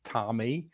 tommy